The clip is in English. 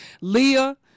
Leah